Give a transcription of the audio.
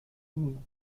unidas